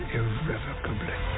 irrevocably